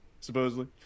supposedly